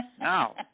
Now